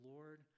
Lord